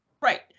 Right